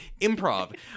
improv